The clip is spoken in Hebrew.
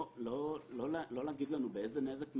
לא להגיד לנו באיזה נזק מדובר,